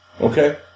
Okay